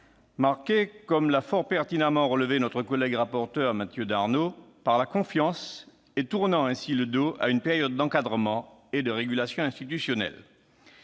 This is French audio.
marqués, comme l'a fort pertinemment relevé notre collègue rapporteur, Mathieu Darnaud, par la confiance. Cela permet de tourner le dos à une période d'encadrement et de régulation institutionnelle.